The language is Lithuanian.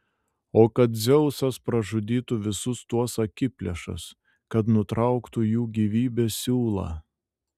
o kad dzeusas pražudytų visus tuos akiplėšas kad nutrauktų jų gyvybės siūlą